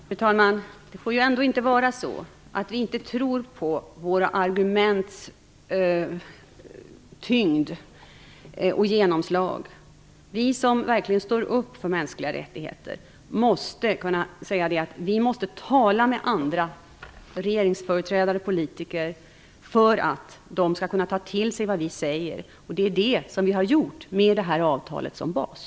Fru talman! Det får ändå inte vara så att vi inte tror på våra arguments tyngd och genomslagskraft. Vi som verkligen står upp för mänskliga rättigheter måste kunna tala med andra regeringsföreträdare, politiker för att de skall kunna ta till sig vad vi säger. Det är det som vi har gjort med det här avtalet som bas.